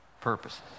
purposes